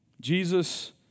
Jesus